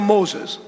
Moses